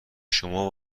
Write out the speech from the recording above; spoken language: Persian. شما